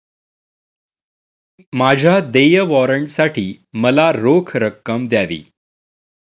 माझ्या देय वॉरंटसाठी मला रोख रक्कम द्यावी